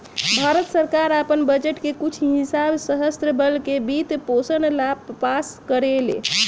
भारत सरकार आपन बजट के कुछ हिस्सा सशस्त्र बल के वित्त पोषण ला पास करेले